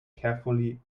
carefully